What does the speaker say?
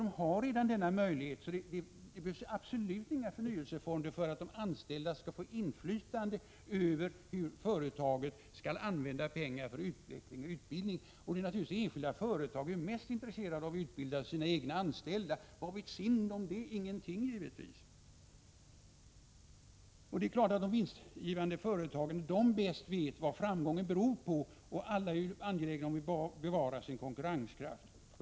De har alltså redan denna möjlighet. Det behövs absolut inga förnyelsefonder för att de anställda skall få inflytande över hur företaget använder pengar för utveckling och utbildning. Naturligtvis är enskilda företag mest intresserade av att utbilda sina egna anställda. Vad vet SIND om det? Ingenting givetvis. Det är klart att de vinstgivande företagen själva bäst vet vad framgången beror på, och alla är ju angelägna om att bevara sin konkurrenskraft.